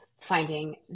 finding